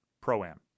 Pro-Am